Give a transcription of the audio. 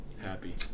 Happy